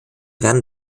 werden